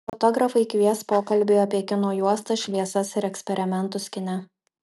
fotografai kvies pokalbiui apie kino juostas šviesas ir eksperimentus kine